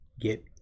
get